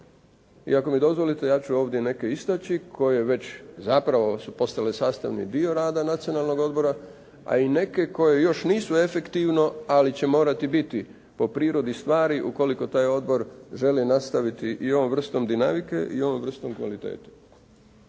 I ako mi dozvolite ja ću ovdje neke istaći koje već zapravo su postale sastavni dio rada Nacionalnog odbora, a i neke koje još nisu efektivno, ali će morati biti po prirodi stvari ukoliko taj odbor želi nastaviti i ovom vrstom dinamike i ovom vrstom kvalitete.